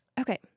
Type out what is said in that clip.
Okay